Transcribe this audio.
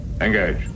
Engage